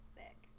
sick